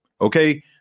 Okay